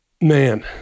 man